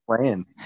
playing